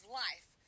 life